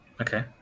Okay